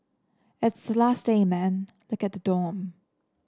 it's the last day man look at the dorm